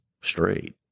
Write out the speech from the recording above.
straight